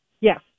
Yes